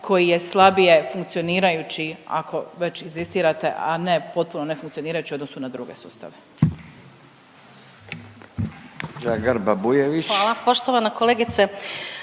koji je slabije funkcionirajući ako već inzistirate, a ne potpuno nefunkcionirajući u odnosu na druge sustave.